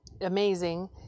amazing